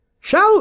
Shout